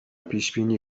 پیشبینی